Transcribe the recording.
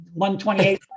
128